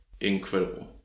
incredible